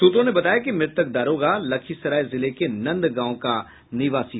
सूत्रों ने बताया कि मृतक दारोगा लखीसराय जिले के नंदगांव निवासी थे